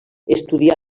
estudià